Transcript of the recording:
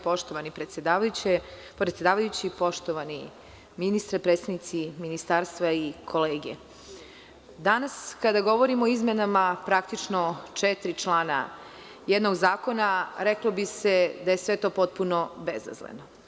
Poštovani predsedavajući, poštovani ministre, predstavnici ministarstva i kolege, danas kada govorimo o izmenama, praktično, četiri člana jednog zakona, reklo bi se da je sve to bezazleno.